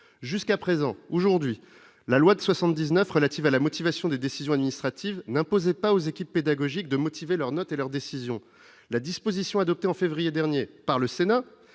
jusqu'à présent, aujourd'hui, la loi de 79 relatives à la motivation des décisions administratives n'imposait pas aux équipes pédagogiques de motiver leurs notes et leurs décisions, la disposition adoptée en février dernier par le Sénat